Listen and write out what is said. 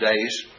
days